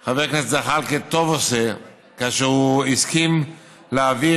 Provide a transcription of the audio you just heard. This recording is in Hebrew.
שטוב עושה חבר הכנסת זחאלקה כאשר הוא מסכים להעביר